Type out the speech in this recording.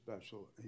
special